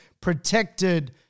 protected